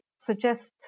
suggest